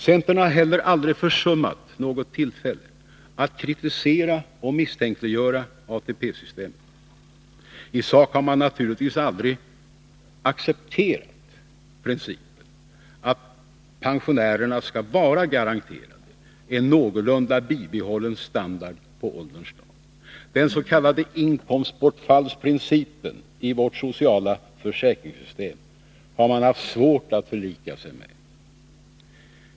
Centern har heller aldrig försummat något tillfälle att kritisera och misstänkliggöra ATP-systemet. I sak har man naturligtvis aldrig accepterat principen att pensionärerna skall vara garanterade en någorlunda bibehållen standard på ålderns dagar. Den s.k. inkomstbortfallsprincipen i vårt sociala försäkringssystem har man haft svårt att förlika sig med.